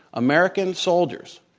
american soldiers.